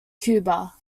cuba